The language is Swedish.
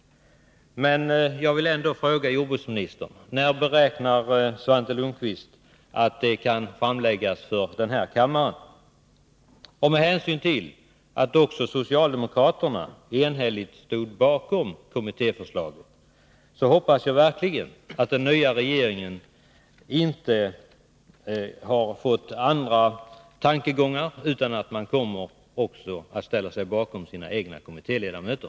Men jag vill ändå fråga jordbruksministern: När beräknar Svante Lundkvist att ärendet kan läggas fram för kammaren? Med hänsyn till att också socialdemokraterna enhälligt stod bakom kommittéförslaget hoppas jag verkligen att den nya regeringen inte har ändrat sina tankegångar, utan att man också kommer att ställa sig bakom sina egna kommittéledamöter.